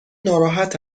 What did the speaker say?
ناراحت